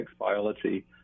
biology